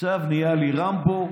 עכשיו נהיה לי רמבו.